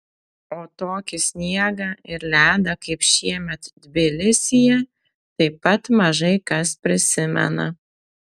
o tokį sniegą ir ledą kaip šiemet tbilisyje taip pat mažai kas prisimena